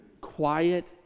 quiet